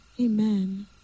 Amen